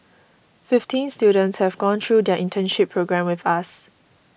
fifteen students have gone through their internship programme with us